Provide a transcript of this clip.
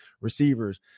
receivers